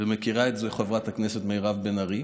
ומכירה את זה חברת הכנסת מירב בן ארי,